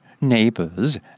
neighbors